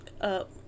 up